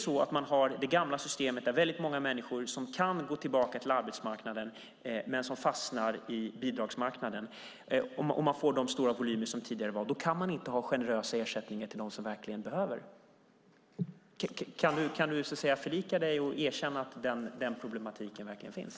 Om man har det gamla systemet, där väldigt många människor kan gå tillbaka till arbetsmarknaden men fastnar i bidragsmarknaden med de tidigare stora volymerna, kan man inte ha generösa ersättningar till dem som verkligen behöver. Kan du förlika dig med det och erkänna att den problematiken verkligen finns?